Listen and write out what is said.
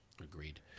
Agreed